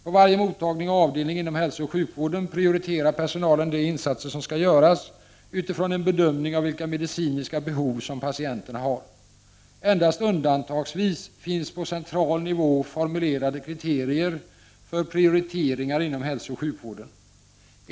På varje mottagning och avdelning inom hälsooch sjukvården prioriterar personalen de insatser som skall göras utifrån en bedömning av vilka medicinska behov som patienterna har. Endast undantagsvis finns det på central nivå formulerade kriterier för prioriteringar inom hälsooch sjukvården.